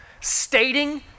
stating